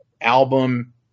album